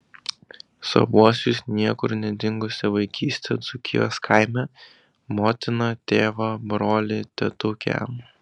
savuosius niekur nedingusią vaikystę dzūkijos kaime motiną tėvą brolį tetukę